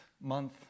month